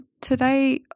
Today